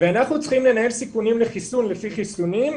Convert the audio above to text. ואנחנו צריכים לנהל סיכונים לחיסון לפי חיסונים,